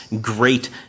great